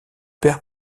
père